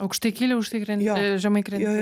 aukštai kyli aukštai krenti žemai krenti